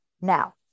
Now